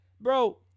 bro